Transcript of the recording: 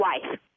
wife